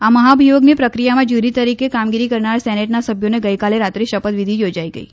આ મહાભિયોગની પ્રક્રિયામાં જ્યુરી તરીકે કામ કામગીરી કરનાર સેનેટના સભ્યોનો ગઈકાલે રાત્રે શપથવિધિ યોજાઈ ગ ઈ